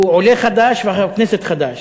הוא עולה חדש, וחבר כנסת חדש.